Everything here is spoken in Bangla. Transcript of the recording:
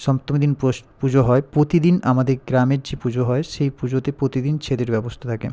সপ্তমীর দিন প্রোস্ পুজো হয় প্রতিদিন আমাদের গ্রামের যে পুজো হয় সেই পুজোতে প্রতিদিন ছেদের ব্যবস্থা থাকে